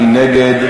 מי נגד?